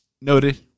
Noted